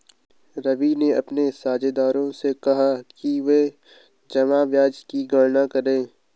रवि ने अपने साझेदारों से कहा कि वे जमा ब्याज की गणना करें